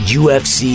ufc